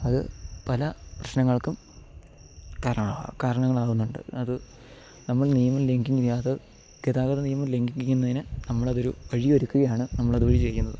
അതു പല പ്രശ്നങ്ങൾക്കും കാരണമാവാം കാരണങ്ങളാകുന്നുണ്ട് അത് നമ്മൾ ഇത് ഗതാഗത നിയമം ലംഘിക്കുന്നതിനു നമ്മളതൊരു വഴിയൊരുക്കുകയാണ് നമ്മളതു വഴി ചെയ്യുന്നത്